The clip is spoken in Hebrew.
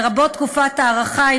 לרבות תקופת ההארכה,